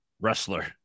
wrestler